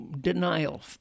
denial